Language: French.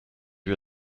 vus